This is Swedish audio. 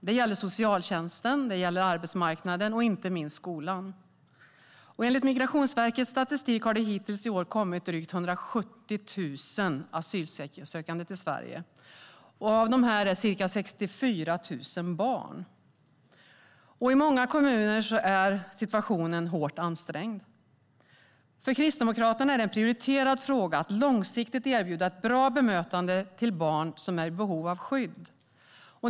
Det gäller socialtjänsten, arbetsmarknaden och inte minst skolan. Enligt Migrationsverkets statistik har det hittills i år kommit drygt 170 000 asylsökande till Sverige. Av dessa är ca 64 000 barn. I många kommuner är situationen nu hårt ansträngd. För Kristdemokraterna är det en prioriterad fråga att långsiktigt erbjuda ett bra bemötande till barn i behov av skydd.